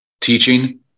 teaching